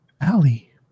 Allie